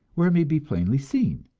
where it may be plainly seen.